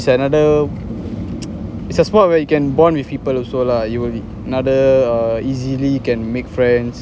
it's another it's a sport where you can bond with people also lah you will another uh easily can make friends